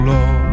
Lord